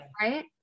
right